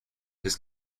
his